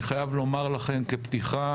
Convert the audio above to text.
אני חייב לומר לכם כפתיחה,